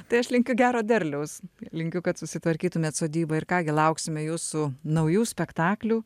tai aš linkiu gero derliaus linkiu kad susitvarkytumėt sodybą ir ką gi lauksime jūsų naujų spektaklių